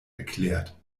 erklärt